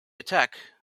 attack